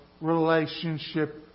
relationship